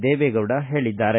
ದೇವೆಗೌಡ ಹೇಳಿದ್ದಾರೆ